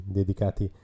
dedicati